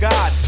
God